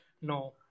no